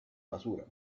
basura